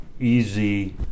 easy